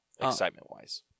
excitement-wise